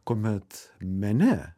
kuomet mene